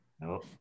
No